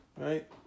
right